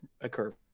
occur